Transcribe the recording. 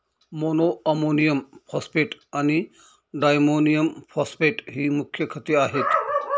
monoammonium phosphate आणि diammonium phosphate ही मुख्य खते आहेत